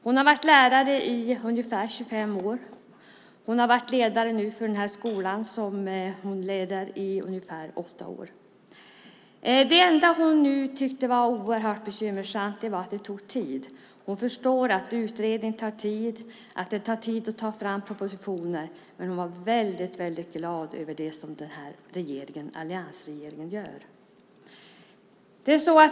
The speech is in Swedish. Hon har varit lärare i ungefär 25 år. Hon har varit ledare för skolan i ungefär 8 år. Det enda hon nu tyckte var bekymmersamt var att det tog tid. Hon förstod att utredning tar tid och att det tar tid att ta fram propositioner, men hon var väldigt glad över det som alliansregerigen gör.